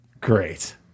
Great